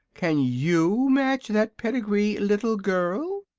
can you match that pedigree, little girl?